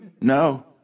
no